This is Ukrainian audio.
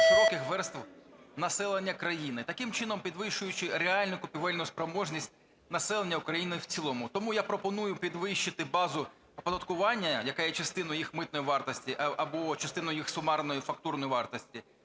широких верств населення країни, таким чином підвищуючи реальну купівельну спроможність населення України в цілому. Тому я пропоную підвищити базу оподаткування, яка є частиною їх митної вартості або частиною їх сумарної фактурної вартості,